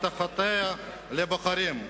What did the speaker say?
הבטחותיה לבוחרים.